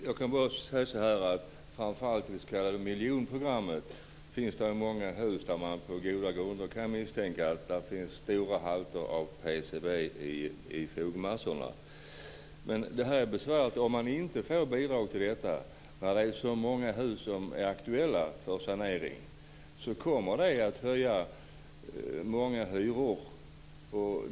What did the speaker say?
Fru talman! Jag kan bara säga att det framför allt i det s.k. miljonprogrammet finns många hus där man på goda grunder kan misstänka att det finns stora halter av PCB i fogmassan. Detta är besvärligt. Om man inte får bidrag - det finns så många hus som är aktuella för sanering - kommer många hyror att höjas.